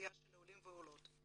באוכלוסייה של עולים ועולות.